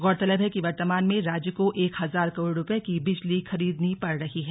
गौरतलब है कि वर्तमान में राज्य को एक हजार करोड़ रुपये की बिजली खरीदनी पड़ रही है